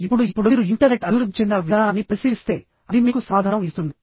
ఇప్పుడు ఇప్పుడు మీరు ఇంటర్నెట్ అభివృద్ధి చెందిన విధానాన్ని పరిశీలిస్తే అది మీకు సమాధానం ఇస్తుంది